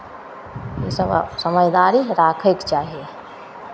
ईसभ समझदारी राखयके चाही